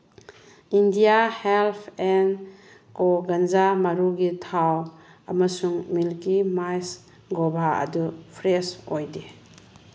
India help and ꯀꯣ ꯒꯟꯖꯥ ꯃꯔꯨꯒꯤ ꯊꯥꯎ ꯑꯃꯁꯨꯡ ꯃꯤꯜꯀꯤ ꯃꯥꯏꯖ ꯒꯣꯚꯥ ꯑꯗꯨ ꯐ꯭ꯔꯦꯁ ꯑꯣꯏꯗꯦ